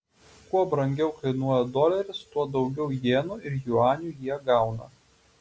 kuo brangiau kainuoja doleris tuo daugiau jenų ir juanių jie gauna